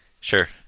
sure